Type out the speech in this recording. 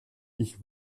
ich